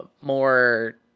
more